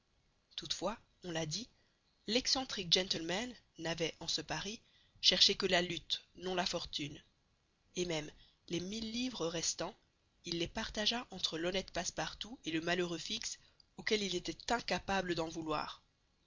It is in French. toutefois on l'a dit l'excentrique gentleman n'avait en ce pari cherché que la lutte non la fortune et même les mille livres restant il les partagea entre l'honnête passepartout et le malheureux fix auquel il était incapable d'en vouloir